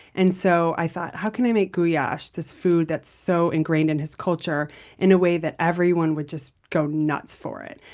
and so i thought, how can i make goulash a food that's so ingrained in his culture in a way that everyone would just go nuts for it?